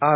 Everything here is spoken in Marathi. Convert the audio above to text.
आर